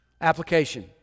Application